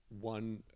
one